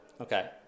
Okay